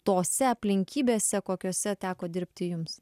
tose aplinkybėse kokiose teko dirbti jums